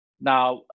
Now